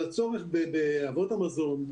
על הצורך באבות המזון.